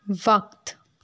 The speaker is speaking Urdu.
وقت